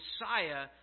Messiah